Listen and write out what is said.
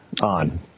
on